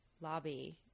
lobby